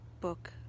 book